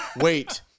wait